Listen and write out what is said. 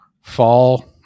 fall